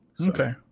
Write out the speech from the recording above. okay